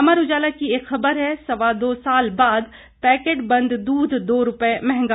अमर उजाला की एक खबर है सवा दो साल बाद पैकेट बंद दूध दो रूपये मंहगा